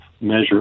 measure